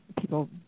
people